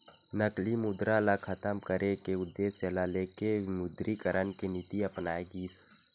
नकली मुद्रा ल खतम करे के उद्देश्य ल लेके विमुद्रीकरन के नीति अपनाए गिस